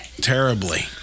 terribly